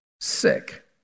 Sick